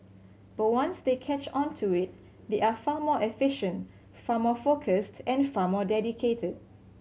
but once they catch on to it they are far more efficient far more focused and far more dedicated